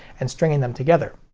and stringing them together.